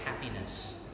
happiness